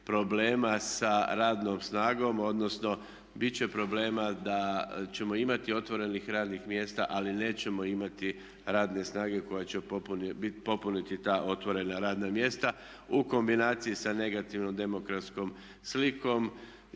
sa radnom snagom, odnosno bit će problema da ćemo imati otvorenih radnih mjesta ali nećemo imati radne snage koja će popuniti ta otvorena radna mjesta u kombinaciji sa negativnom demografskom slikom